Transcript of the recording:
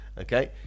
Okay